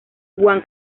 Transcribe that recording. guam